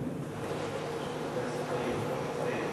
זה גם הזמן בשבילה להגיע למליאה.